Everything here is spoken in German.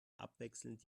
abwechselnd